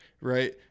right